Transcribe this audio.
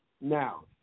Now